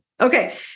Okay